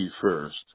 first